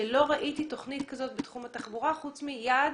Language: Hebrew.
שלא ראיתי תוכנית כזאת בתחום התחבורה חוץ מיעד,